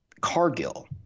Cargill